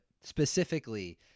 specifically